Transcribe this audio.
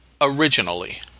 originally